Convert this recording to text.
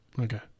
Okay